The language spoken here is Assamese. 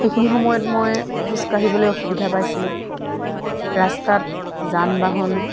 সেইখিনি সময়ত মই খোজকাঢ়িবলৈ অসুবিধা পাইছিলোঁ ৰাস্তাত যান বাহন